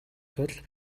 тул